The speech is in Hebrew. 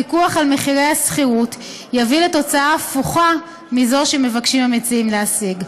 פיקוח על מחירי השכירות יביא לתוצאה הפוכה מזו שמבקשים המציעים להשיג.